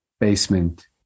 basement